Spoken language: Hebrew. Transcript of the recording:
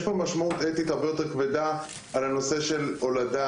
יש פה משמעות אתית הרבה יותר כבדה על הנושא של הולדה,